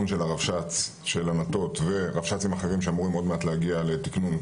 של הרבש"ץ של המטות ורבש"צים אחרים שאמורים עוד מעט להגיע לתקנון,